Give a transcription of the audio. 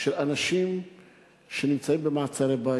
של אנשים שנמצאים במעצרי בית,